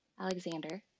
Alexander